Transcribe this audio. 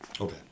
Okay